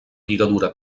lligadura